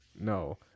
no